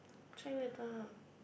check later